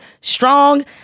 strong